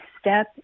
step